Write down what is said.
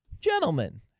gentlemen